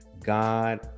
god